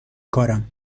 کارم